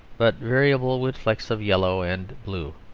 but variable with flecks of yellow and blue.